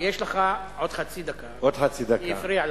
יש לך עוד חצי דקה, כי הוא הפריע לך.